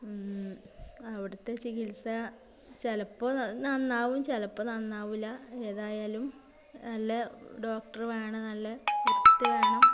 അവിടുത്തെ ചികിത്സ ചിലപ്പോൾ നന്നാവും ചിലപ്പോൾ നന്നാവില്ല ഏതായാലും നല്ല ഡോക്ടറ് വേണം നല്ല വൃത്തി വേണം